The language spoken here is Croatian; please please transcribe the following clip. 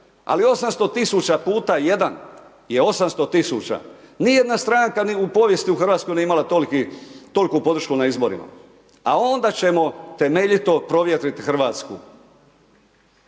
ali 800.000 puta 1 je 800.000 nijedna stranka u povijesti u Hrvatskoj nije ima toliku podršku na izborima, a onda ćemo temeljito provjetriti Hrvatsku.